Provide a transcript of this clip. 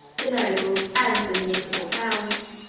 the nobles, and the municipal towns.